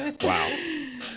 wow